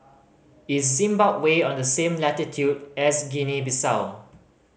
is Zimbabwe on the same latitude as Guinea Bissau